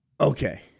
Okay